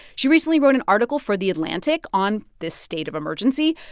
she recently wrote an article for the atlantic on this state of emergency.